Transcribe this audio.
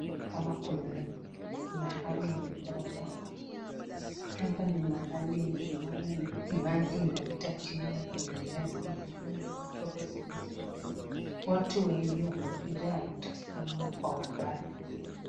Hapa ni mahali imeboromoka , hapa ni mahali yenye tunaona maji inapita chini na kuna nyasi juu na kuna matope zilizo juu, watu wengi wamekuja wanatasama kwa umbali.